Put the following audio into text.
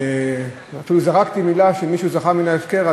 ואפילו זרקתי מילה שמישהו זכה מן ההפקר,